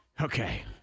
Okay